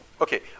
Okay